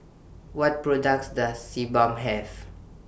What products Does Sebamed Have